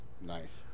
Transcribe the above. Nice